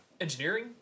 engineering